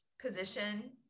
position